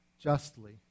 justly